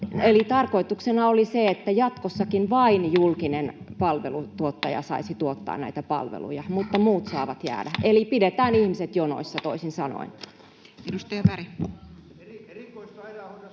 Eli tarkoituksena oli se, että jatkossakin vain julkinen palveluntuottaja saisi tuottaa näitä palveluja, mutta muut saavat jäädä, eli pidetään ihmiset jonoissa toisin sanoen.